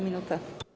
Minuta.